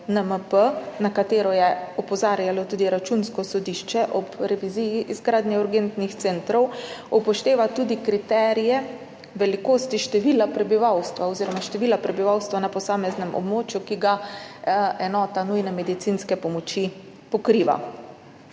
na katero je opozarjalo tudi Računsko sodišče ob reviziji izgradnje urgentnih centrov, upošteva tudi kriterije velikosti števila prebivalstva oziroma števila prebivalstva na posameznem območju, ki ga enota nujne medicinske pomoči pokriva.